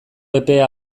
epea